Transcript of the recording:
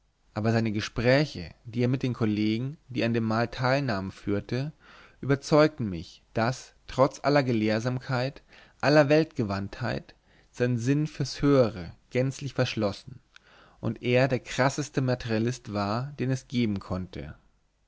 aber seine gespräche die er mit den kollegen die an dem mahl teilnahmen führte überzeugten mich daß trotz aller gelehrsamkeit aller weltgewandtheit sein sinn fürs höhere gänzlich verschlossen und er der krasseste materialist war den es geben konnte